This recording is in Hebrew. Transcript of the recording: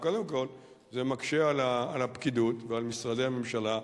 קודם כול, זה מקשה על הפקידות ועל משרדי הממשלה.